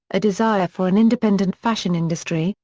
a desire for an independent fashion industry,